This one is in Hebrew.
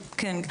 כן.